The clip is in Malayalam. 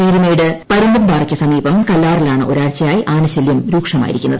പീരുമേട് പരുന്തുംപാറയ്ക്ക് സമീപം കല്ലാറിലാണ് ഒരാഴ്ച്ചയായി ആനശല്യം രൂക്ഷമായിരിക്കുന്നത്